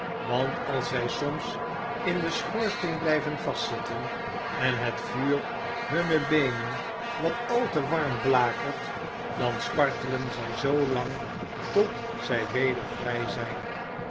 want als zij soms in den schoorsteen blijven vastzitten en het vuur hunne beenen wat al te warm blakert dan spartelen zij zoolang tot zij weder vrij zijn